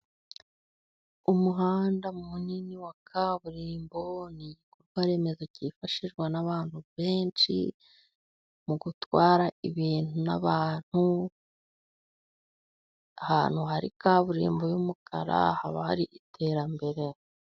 Umuhanda munini wa kaburimbo n'igikorwa remezo cyifashishwa n'abantu benshi mu gutwara ibintu n'abantu. Ahantu hari kaburimbo y'umukara haba hari iterambere.